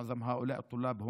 רובם סטודנטים